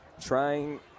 trying